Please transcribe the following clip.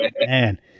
man